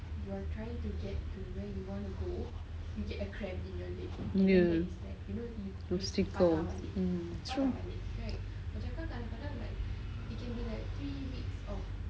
ya true